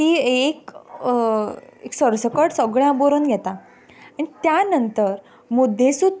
ती एक सरसकट सगलें हांव बरोवन घेतां आनी त्या नंतर मुद्देसूद